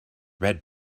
red